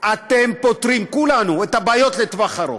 אתם פותרים, כולנו, את הבעיות בטווח הארוך.